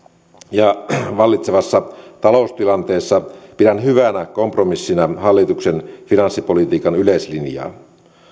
ja vallitsevassa taloustilanteessa pidän hyvänä kompromissina hallituksen finanssipolitiikan yleislinjaa